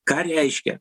ką reiškia